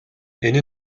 энэ